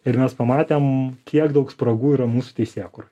ir mes pamatėm kiek daug spragų yra mūsų teisėkūroj